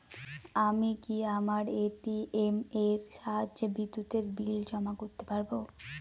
আমি কি আমার এ.টি.এম এর সাহায্যে বিদ্যুতের বিল জমা করতে পারব?